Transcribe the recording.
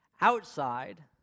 outside